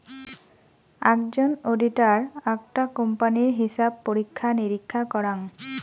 আকজন auditor আকটা কোম্পানির হিছাব পরীক্ষা নিরীক্ষা করাং